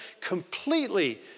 completely